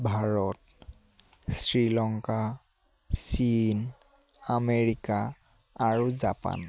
ভাৰত শ্ৰীলংকা চীন আমেৰিকা আৰু জাপান